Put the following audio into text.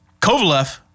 Kovalev